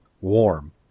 warm